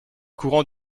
courant